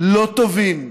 לא טובים.